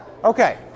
Okay